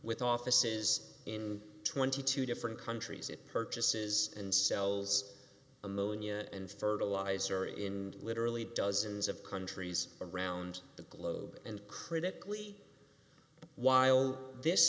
with offices in twenty two different countries it purchases and sells ammonia and fertilizer in literally dozens of countries around the globe and critically while this